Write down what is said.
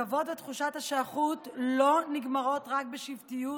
הכבוד ותחושת השייכות לא נגמרים רק בשבטיות,